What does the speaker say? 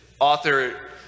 author